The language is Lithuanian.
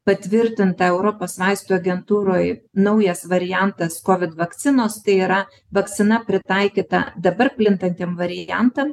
patvirtinta europos vaistų agentūroj naujas variantas kovid vakcinos tai yra vakcina pritaikyta dabar plintantiem variantam